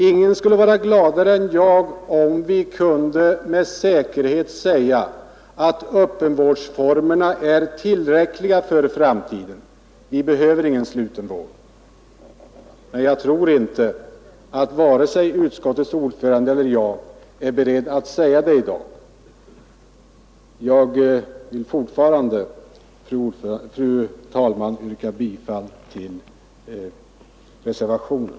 Ingen skulle vara gladare än jag om vi med säkerhet kunde säga att öppenvårdsformerna är tillräckliga för framtiden och att vi inte behöver någon sluten vård. Men jag tror inte att vare sig utskottets ordförande eller jag är beredd att i dag säga detta. Fru talman! Jag yrkar fortfarande bifall till reservationen.